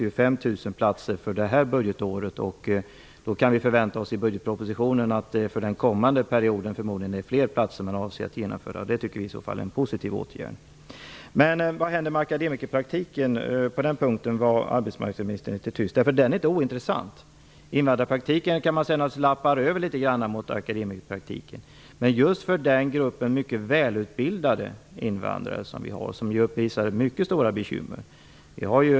Det avsattes 5 000 platser för det här budgetåret, och då kan vi förvänta oss att man i budgetpropositionen för den kommande perioden avsätter fler platser. Det tycker vi i så fall är en positiv åtgärd. Vad händer med akademikerpraktiken? På den punkten var arbetsmarknadsministern litet tyst. Den är inte ointressant. Invandrarpraktiken kan naturligtvis sägas lappa litet grand över akademikerpraktiken. Men för gruppen mycket väl utbildade invandrare som vi har och som uppvisar mycket stora bekymmer är den intressant.